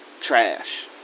trash